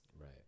Right